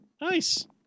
Nice